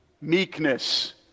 meekness